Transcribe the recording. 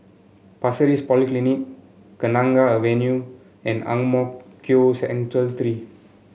Pasir Ris Polyclinic Kenanga Avenue and Ang Mo Kio Central Three